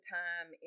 time